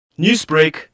Newsbreak